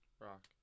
Rock